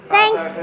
Thanks